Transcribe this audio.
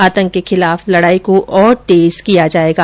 आतंक के खिलाफ लडाई को और तेज किया जायेगा